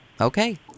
Okay